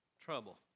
trouble